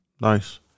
Nice